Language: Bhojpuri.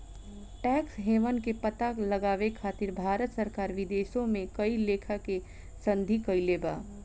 टैक्स हेवन के पता लगावे खातिर भारत सरकार विदेशों में कई लेखा के संधि कईले बा